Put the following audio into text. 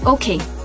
Okay